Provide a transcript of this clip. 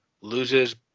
loses